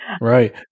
Right